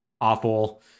awful